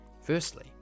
Firstly